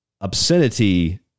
obscenity